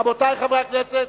רבותי חברי הכנסת,